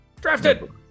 Drafted